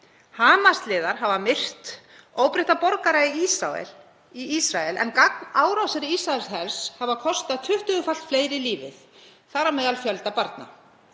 Hamas-liðar hafa myrt óbreytta borgara í Ísrael en gagnárásir Ísraelshers hafa kostað tuttugufalt fleiri lífið, þar á meðal fjölda barna.